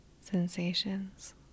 sensations